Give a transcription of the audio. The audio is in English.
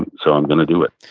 and so i'm going to do it.